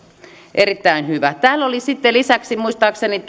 erittäin hyvä täällä sitten lisäksi puhuttiin muistaakseni